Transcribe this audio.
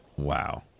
Wow